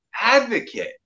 advocate